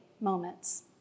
moments